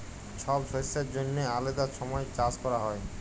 ছব শস্যের জ্যনহে আলেদা ছময় চাষ ক্যরা হ্যয়